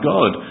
God